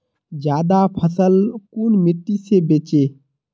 ज्यादा फसल कुन मिट्टी से बेचे?